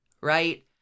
right